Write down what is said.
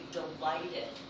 delighted